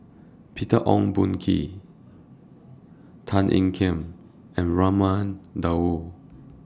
Peter Ong Boon Kwee Tan Ean Kiam and Raman Daud